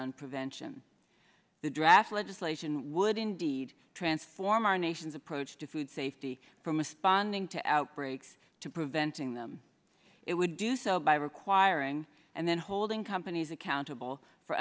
on prevention the draft legislation would indeed transform our nation's approach to food safety from a spawning to outbreaks to preventing them it would do so by requiring and then holding companies accountable for